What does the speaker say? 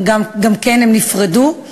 גם כן הם נפרדו.